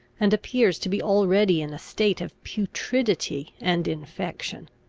and appears to be already in a state of putridity and infection.